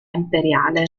imperiale